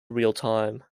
realtime